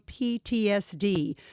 PTSD